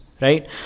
right